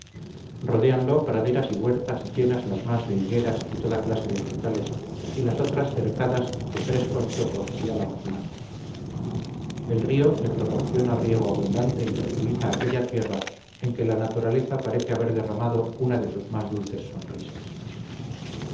rodéanlo praderas y huertas llenas las más de higueras y toda clase de frutales y las otras cercadas de frescos chopos y álamos blancos el río le proporciona riego abundante y fertiliza aquella tierra en que la naturaleza parece haber derramado una de sus más dulces sonrisas